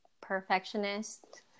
perfectionist